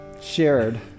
shared